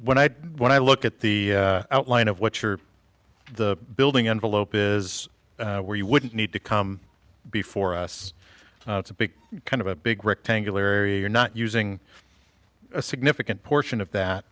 when i when i look at the outline of what you're the building envelope is where you wouldn't need to come before us it's a big kind of a big rectangular area you're not using a significant portion of